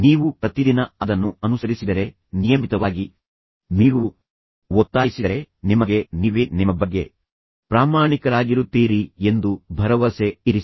ನೀವು ಪ್ರತಿದಿನ ಅದನ್ನು ಅನುಸರಿಸಿದರೆ ನಿಯಮಿತವಾಗಿ ನೀವು ಒತ್ತಾಯಿಸಿದರೆ ನಿಮಗೆ ನೀವೇ ನಿಮ್ಮ ಬಗ್ಗೆ ಪ್ರಾಮಾಣಿಕರಾಗಿರುತ್ತೀರಿ ಎಂದು ಭರವಸೆ ಇರಿಸಿ